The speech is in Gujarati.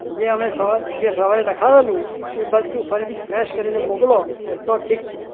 જે અમે જે સવારે લખાવેલું એ બધું ફરીથી ફ્રેશ કરીને મોકલો તો ઠીક છે